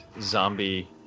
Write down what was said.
zombie